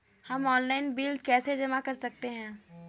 हम online bill कैसे जमा कर सकते हैं?